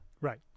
Right